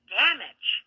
damage